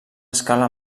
escala